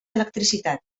electricitat